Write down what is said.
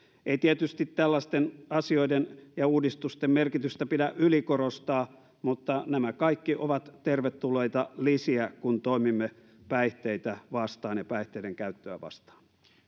ei tietysti tällaisten asioiden ja uudistusten merkitystä pidä ylikorostaa mutta nämä kaikki ovat tervetulleita lisiä kun toimimme päihteitä vastaan ja päihteiden käyttöä vastaan